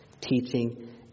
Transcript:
teaching